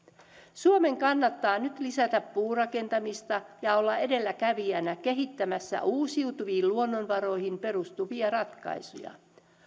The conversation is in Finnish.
suomen kannattaa nyt lisätä puurakentamista ja olla edelläkävijänä kehittämässä uusiutuviin luonnonvaroihin perustuvia ratkaisuja